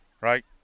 right